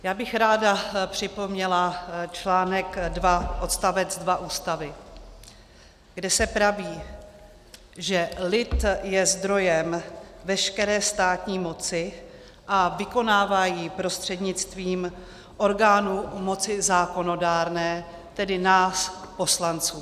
Já bych ráda připomněla článek 2 odst. 2 Ústavy, kde se praví, že lid je zdrojem veškeré státní moci a vykonává ji prostřednictvím orgánů moci zákonodárné, tedy nás poslanců.